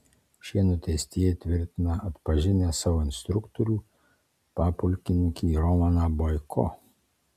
šie nuteistieji tvirtina atpažinę savo instruktorių papulkininkį romaną boiko